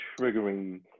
triggering